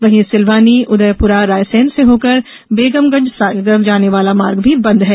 वहीं सिलवानी उदयपुरा रायसेन से होकर बेगमगंज सागर जाने वाला मार्ग भी बंद है